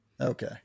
Okay